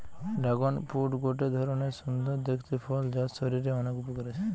dragon fruit গটে ধরণের সুন্দর দেখতে ফল যার শরীরের অনেক উপকার আছে